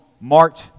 March